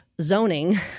zoning